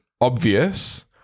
obvious